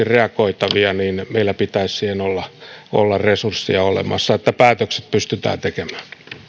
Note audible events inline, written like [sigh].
[unintelligible] reagoitava nopeasti meillä pitäisi olla siihen resursseja olemassa että päätökset pystytään tekemään